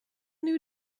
new